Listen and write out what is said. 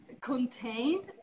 contained